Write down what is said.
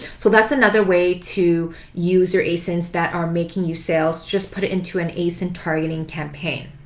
so that's another way to use your asins that are making you sales. just put it into an asin targeting campaign.